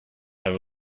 have